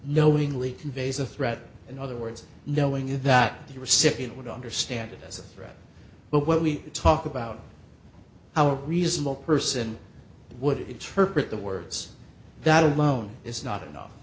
knowingly conveys a threat in other words knowing that the recipient would understand it as a threat but when we talk about how a reasonable person would interpret the words that alone is not enough